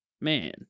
Man